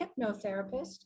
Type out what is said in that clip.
hypnotherapist